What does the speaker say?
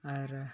ᱟᱨ